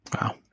Wow